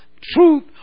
truth